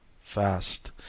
FAST